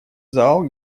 зал